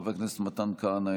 חבר הכנסת מתן כהנא,